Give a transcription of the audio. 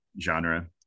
genre